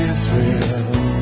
Israel